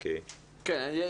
כמוסד.